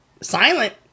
silent